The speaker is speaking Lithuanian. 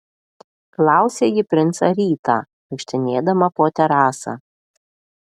klausė ji princą rytą vaikštinėdama po terasą